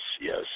yes